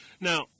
Now